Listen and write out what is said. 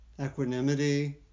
equanimity